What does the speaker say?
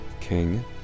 king